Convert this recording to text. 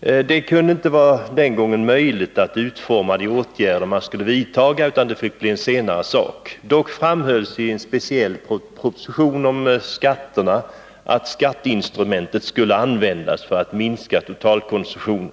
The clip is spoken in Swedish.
Det var den gången inte möjligt att utforma de åtgärder som skulle vidtas — det fick bli en senare sak. Dock framhölls i en speciell proposition om skatterna att skatteinstrumentet skulle användas för att minska totalkonsumtionen.